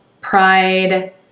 pride